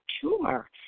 tumor